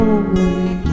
away